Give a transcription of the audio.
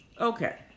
Okay